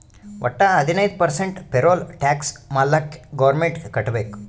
ವಟ್ಟ ಹದಿನೈದು percent payroll tax ಮಾಲ್ಲಾಕೆ ಗೌರ್ಮೆಂಟ್ಗ್ ಕಟ್ಬೇಕ್